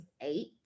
eight